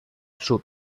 sud